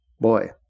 Boy